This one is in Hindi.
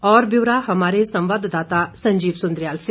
और ब्यौरा हमारे संवाददाता संजीव सुंद्रियाल से